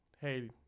hey